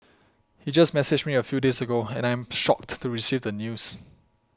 he just messaged me a few days ago and I am shocked to receive the news